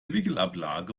wickelablage